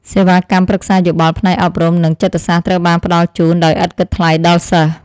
សេវាកម្មប្រឹក្សាយោបល់ផ្នែកអប់រំនិងចិត្តសាស្ត្រត្រូវបានផ្តល់ជូនដោយឥតគិតថ្លៃដល់សិស្ស។